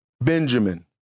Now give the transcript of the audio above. Benjamin